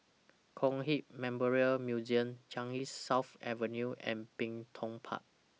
Kong Hiap Memorial Museum Changi South Avenue and Bin Tong Park